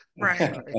Right